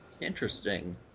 Interesting